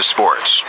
Sports